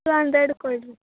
to ಹಂಡ್ರೆಡ್ಗೆ ಕೊಡಿ